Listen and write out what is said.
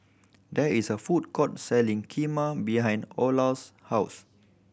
there is a food court selling Kheema behind Olar's house